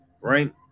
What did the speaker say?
right